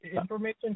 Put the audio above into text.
Information